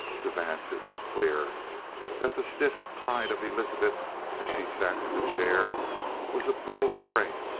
to vance it was clear that the stiff pride of elizabeth as she sat in the chair was a brittle strength,